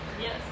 Yes